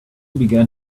began